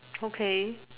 okay